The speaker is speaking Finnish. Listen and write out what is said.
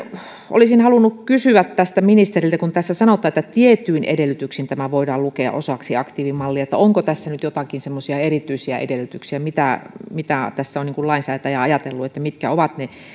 olisin halunnut kysyä tästä ministeriltä kun tässä sanotaan että tietyin edellytyksin tämä voidaan lukea osaksi aktiivimallia onko tässä nyt joitakin semmoisia erityisiä edellytyksiä mitä mitä tässä on lainsäätäjä ajatellut että mitkä ovat ne